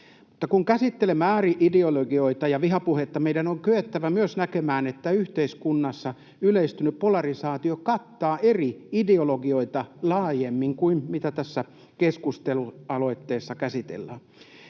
kun käsittelemme ääri-ideologioita ja vihapuhetta, meidän on kyettävä myös näkemään, että yhteiskunnassa yleistynyt polarisaatio kattaa eri ideologioita laajemmin kuin mitä tässä keskustelualoitteessa käsitellään.